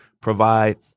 provide